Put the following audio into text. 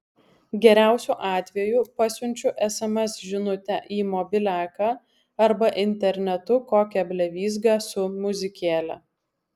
geriausiu atveju pasiunčiu sms žinutę į mobiliaką arba internetu kokią blevyzgą su muzikėle